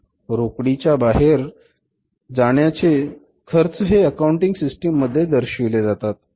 रोकडी च्या बाहेर जाण्याने खर्च हे अकाउंटिंग सिस्टीम मध्ये दर्शविले जातात